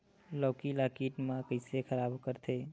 लौकी ला कीट मन कइसे खराब करथे?